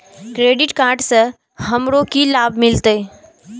Credit card से हमरो की लाभ मिलते?